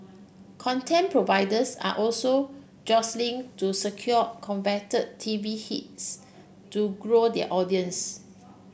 content providers are also jostling to secure coveted T V hits to grow their audiences